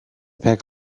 pack